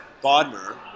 Bodmer